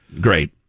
Great